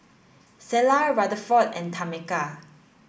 Selah Rutherford and Tameka